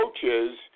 coaches